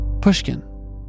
pushkin